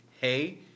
hey